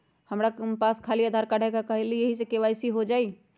हमरा पास खाली आधार कार्ड है, का ख़ाली यही से के.वाई.सी हो जाइ?